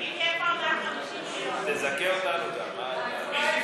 איפה הכסף, תזכה אותנו גם.